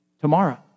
tomorrow